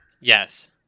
Yes